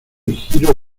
giro